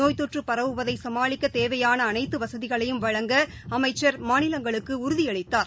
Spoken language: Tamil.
நோய் தொற்று பரவுவதைசமாளிக்கதேவையானஅனைத்துவசதிகளையும் வழங்க அமைச்சர் மாநிலங்களுக்குஉறுதியளித்தார்